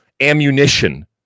ammunition